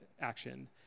action